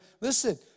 listen